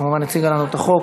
כמובן, הציגה לנו את החוק.